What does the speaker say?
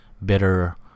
better